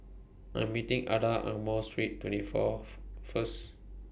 I'm meeting Adah Ang Mo Street twenty Fourth First